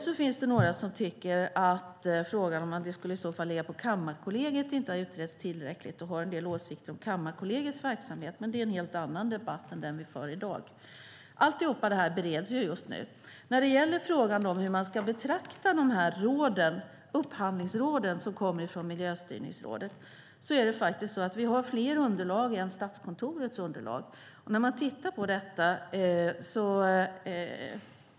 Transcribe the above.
Det finns några som tycker att frågan om att verksamheten skulle kunna ligga på Kammarkollegiet inte har utretts tillräckligt och som har en del åsikter om Kammarkollegiets verksamhet, men det är en helt annan debatt än den vi för i dag. Allt detta bereds just nu. När det gäller frågan om hur man ska betrakta upphandlingsråden från Miljöstyrningsrådet har vi fler underlag än Statskontorets underlag.